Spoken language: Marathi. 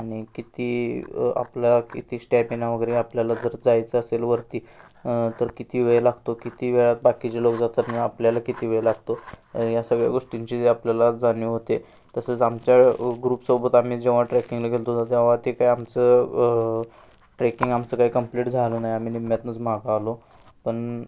आणि किती आपल्या किती स्टॅपिना वगैरे आपल्याला जर जायचं असेल वरती तर किती वेळ लागतो किती वेळात बाकीचे लोक जातात ना आपल्याला किती वेळ लागतो या सगळ्या गोष्टींची जे आपल्याला जाणीव होते तसेच आमच्या ग्रुपसोबत आम्ही जेव्हा ट्रेकिंगला गेलो होतो तेव्हा ते काय आमचं ट्रेकिंग आमचं काय कंप्लीट झालं नाही आम्ही निम्यातनंच मागं आलो पण